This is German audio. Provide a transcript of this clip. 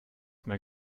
mehr